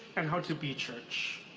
and how to be church.